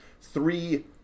three